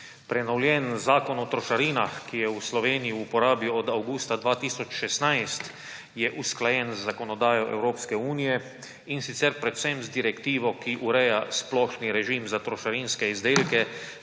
Prenovljeni zakon o trošarinah, ki je v Sloveniji v uporabi od avgusta 2016, je usklajen z zakonodajo Evropske unije, in sicer predvsem z direktivo, ki ureja splošni režim za trošarinske izdelke